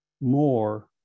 more